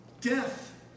death